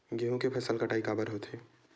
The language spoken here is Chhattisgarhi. गेहूं के फसल कटाई काबर होथे?